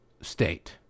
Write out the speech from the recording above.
state